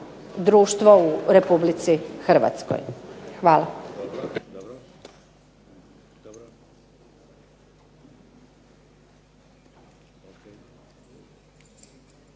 društvo u Republici Hrvatskoj. Hvala.